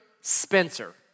Spencer